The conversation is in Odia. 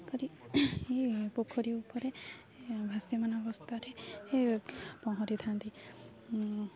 କରି ପୋଖରୀ ଉପରେ ଭାସମାନ ଅବସ୍ଥାରେ ପହଁରିଥାନ୍ତି